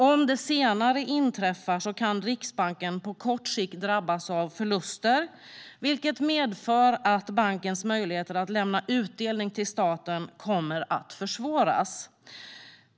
Om det senare inträffar kan Riksbanken på kort sikt drabbas av förluster, vilket medför att bankens möjligheter att lämna utdelning till staten kommer att försvåras.